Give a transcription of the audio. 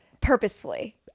purposefully